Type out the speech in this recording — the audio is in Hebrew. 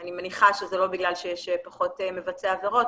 אני מניחה שזה לא בגלל שיש פחות מבצעי עבירות,